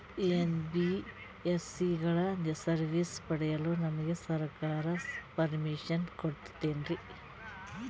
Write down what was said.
NBSC ಗಳ ಸರ್ವಿಸನ್ನ ಪಡಿಯಲು ನಮಗೆ ಸರ್ಕಾರ ಪರ್ಮಿಷನ್ ಕೊಡ್ತಾತೇನ್ರೀ?